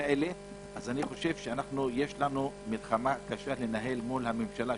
אני חושב שיש לנו מלחמה קשה לנהל מול הממשלה.